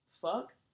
Fuck